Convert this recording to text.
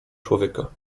człowieka